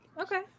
Okay